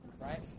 right